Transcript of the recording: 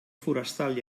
forestal